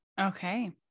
Okay